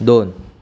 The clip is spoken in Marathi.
दोन